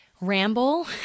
ramble